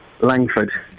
Langford